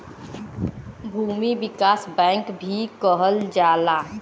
भूमि विकास बैंक भी कहल जाला